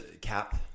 cap